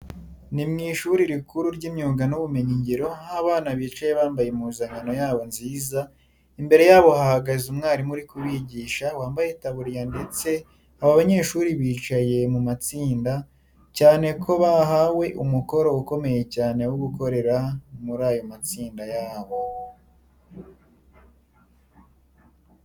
Ni mu ishuri rikuru ry'imyuga n'ubumenyingiro aho abana bicaye bambaye impuzankano yabo nziza, imbere yabo hahagaze umwarimu uri kubigisha wambaye itaburiya ndetse aba banyeshuri bicaye mu matsinda, cyane ko bahawe umukoro ukomeye cyane wo gukorera muri ayo matsinda yabo.